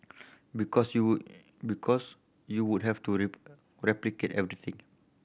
because you because you would have to replicate everything